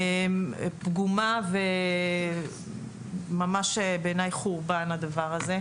הדבר הזה הוא ממש חורבן בעיניי,